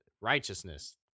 righteousness